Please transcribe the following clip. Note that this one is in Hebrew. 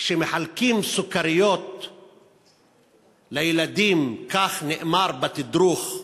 כשמחלקים סוכריות לילדים, כך נאמר בתדרוך,